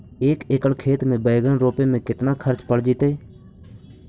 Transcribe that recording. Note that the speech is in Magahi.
एक एकड़ खेत में बैंगन रोपे में केतना ख़र्चा पड़ जितै?